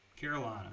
Carolina